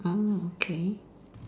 mm okay